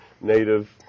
native